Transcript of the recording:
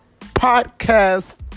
Podcast